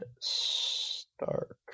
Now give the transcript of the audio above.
Stark